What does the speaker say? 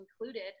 included